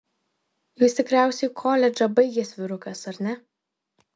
jūs tikriausiai koledžą baigęs vyrukas ar ne